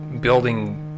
building